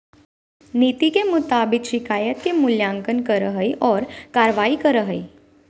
नीति के मुताबिक शिकायत के मूल्यांकन करा हइ और कार्रवाई करा हइ